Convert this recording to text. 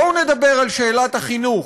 בואו נדבר על שאלת החינוך,